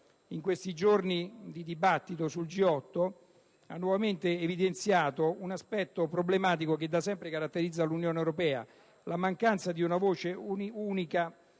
In questi giorni il dibattito sul G8 ha nuovamente evidenziato un aspetto problematico che da sempre caratterizza l'Unione europea: la mancanza di una voce unica